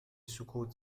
سکوت